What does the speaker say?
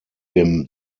dem